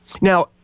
Now